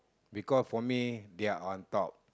because for me they are on top